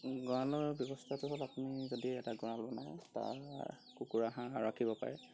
গৰাঁলৰ ব্যৱস্থাটো হ'ল আপুনি যদি এটা গৰাঁল বনায় তাৰ কুকুৰা হাঁহ ৰাখিব পাৰে